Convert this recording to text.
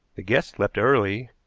the guests left early,